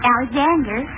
Alexander